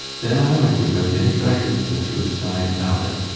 then i went without any guidance into a side valley.